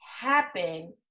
happen